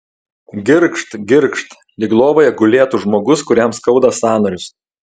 girgžt girgžt lyg lovoje gulėtų žmogus kuriam skauda sąnarius